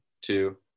two